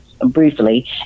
briefly